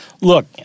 Look